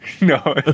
no